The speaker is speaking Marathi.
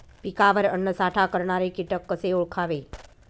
पिकावर अन्नसाठा करणारे किटक कसे ओळखावे?